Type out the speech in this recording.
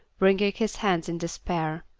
wringing his hands in despair.